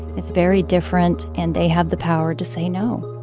it's very different. and they have the power to say no